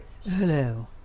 Hello